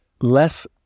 less